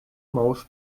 maus